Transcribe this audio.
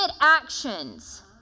actions